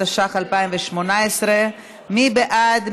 התשע"ח 2018. מי בעד?